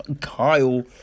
Kyle